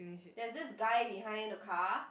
there's this guy behind the car